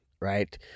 right